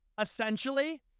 essentially